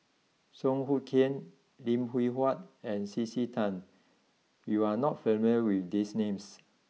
Song Hoot Kiam Lim Hwee Hua and C C Tan you are not familiar with these names